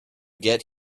get